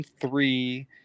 three